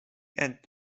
and